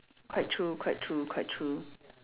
quite true quite true quite true